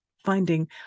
Finding